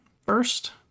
first